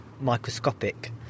microscopic